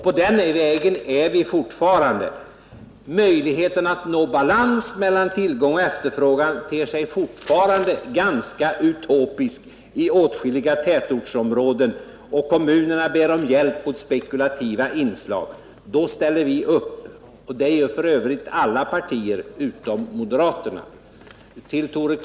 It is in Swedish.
På den vägen är vi fortfarande. Möjligheterna att nå balans mellan tillgång och efterfrågan ter sig fortfarande ganska utopiska i åtskilliga tätortsområden. Kommunerna ber om hjälp i sin kamp mot spekulativa inslag. Vi ställer upp; det gör f. ö. alla partier utom moderata samlingspartiet.